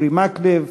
אורי מקלב,